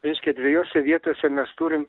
reiškia dvejose vietose mes turim